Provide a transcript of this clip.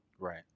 Right